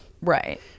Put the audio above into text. Right